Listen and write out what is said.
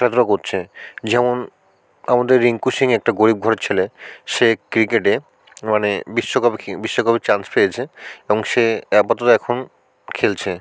খেলাধুলা করছে যেমন আমাদের রিঙ্কু সিং একটা গরিব ঘরের ছেলে সে ক্রিকেটে মানে বিশ্বকাপ খে বিশ্বকাপে চান্স পেয়েছে এবং সে আপাতত এখন খেলছে